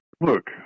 Look